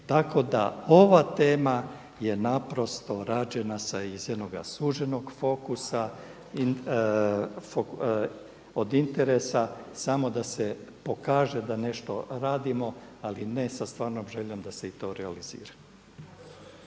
Tako da ova tema je rađena iz jednoga suženog fokusa i od interesa samo da se pokaže da nešto radimo, ali ne sa stvarnom željom da se i to realizira.